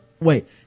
wait